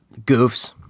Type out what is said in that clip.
Goofs